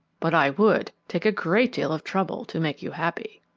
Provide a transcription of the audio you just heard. but i would take a great deal of trouble to make you happy.